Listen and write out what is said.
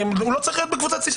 הוא לא צריך להיות בקבוצת סיכון.